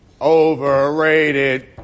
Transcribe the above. Overrated